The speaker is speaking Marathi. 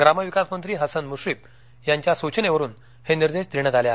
ग्रामविकास मंत्री हसन मुश्रीफ यांच्या सूचनेवरून हे निर्देश देण्यात आले आहेत